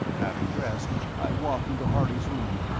having dressed i walked into harley's room,